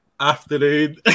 Afternoon